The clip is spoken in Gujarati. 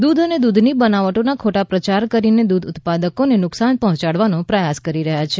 દૂધ અને દૂધની બનાવટોનો ખોટો પ્રયાર કરીને દૂધ ઉત્પાદકોને નુકશાન પહોંચાડવાનો પ્રયાસ કરી રહ્યા છે